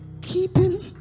keeping